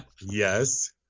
Yes